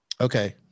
Okay